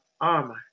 armor